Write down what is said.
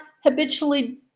habitually